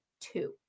two